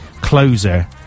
closer